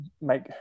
make